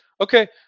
okay